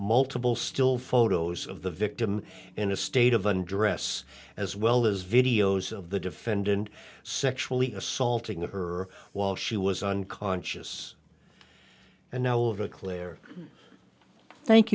multiple still photos of the victim in a state of undress as well as videos of the defendant sexually assaulting her while she was unconscious and now all of a clear thank